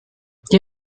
die